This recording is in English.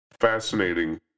fascinating